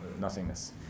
nothingness